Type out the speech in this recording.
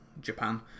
Japan